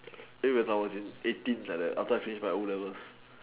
eh when I was in eighteens like that after I finish my o-levels